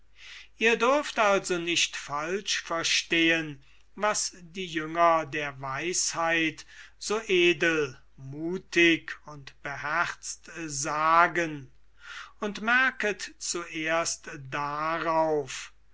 ihr dürft also nicht falsch verstehen was die jünger der weisheit so edel muthig und beherzt sagen und merket zuerst darauf